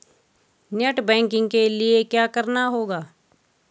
Net banking के लिए क्या करना होगा?